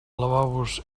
lavabos